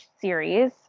series